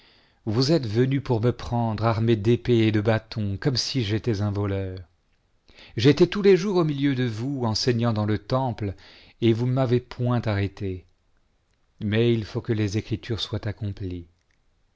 vous êtes venus pour me prendre armés d'épees et de bâtons comme si fêtais un voleur j'étais tous les jours au milieu de vous enseignant dans le temple et vous ne m'avez point arrêté mais il faut que les écritures soient accomplies